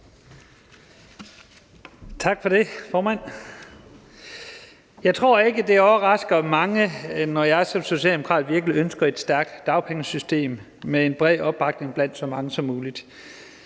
Tak for det, formand. Jeg tror ikke, det overrasker mange, når jeg som socialdemokrat virkelig ønsker et stærkt dagpengesystem med en bred opbakning blandt så mange som muligt.